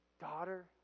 Daughter